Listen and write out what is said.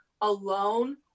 alone